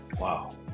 wow